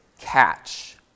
catch